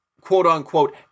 quote-unquote